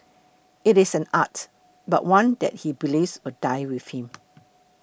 it is an art but one that he believes will die with him